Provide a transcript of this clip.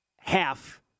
half